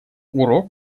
урок